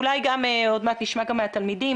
אולי עוד מעט נשמע את התלמידים,